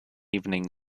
evening